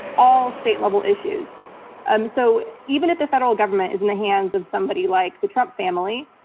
all state-level issues um so even if the federal government is in the hands of somebody like the trump family,